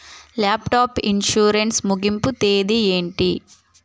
laptop insurance ముగింపు తేదీ ఏంటి